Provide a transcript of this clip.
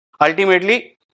Ultimately